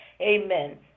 amen